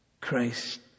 Christ